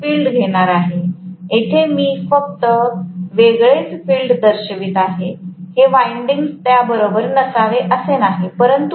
तर मी हे फिल्ड घेणार आहे येथे मी हे फक्त वेगळेच फिल्ड दाखवत आहे हे वाईन्डिन्ग त्याबरोबर नसावे असे नाही